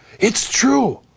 it's true.